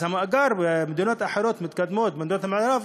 אז המאגר במדינות האחרות, מתקדמות, מדינות המערב,